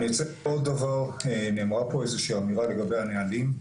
נאמרה פה איזושהי אמירה לגבי הנהלים.